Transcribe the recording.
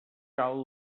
cal